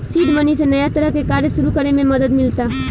seed money से नया तरह के कार्य सुरू करे में मदद मिलता